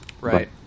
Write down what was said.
Right